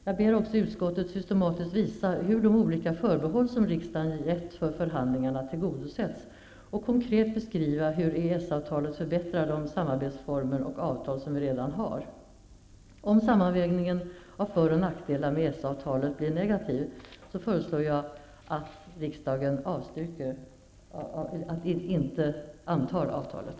Jag ber också utskottet att systematiskt visa hur de olika förbehåll som riksdagen givit för förhandlingarna har tillgodosetts och att konkret beskriva hur EES-avtalet förbättrar de samarbetsformer och avtal som vi redan har. EES-avtalet blir negativ, föreslår jag att riksdagen inte antar avtalet.